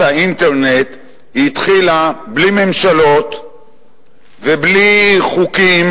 האינטרנט התחילה בלי ממשלות ובלי חוקים,